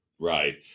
Right